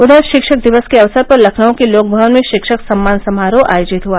उधर शिक्षक दिवस के अवसर पर लखनऊ के लोकभवन में शिक्षक सम्मान समारोह आयोजित हुआ